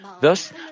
Thus